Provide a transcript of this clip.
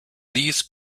these